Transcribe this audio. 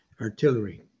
artillery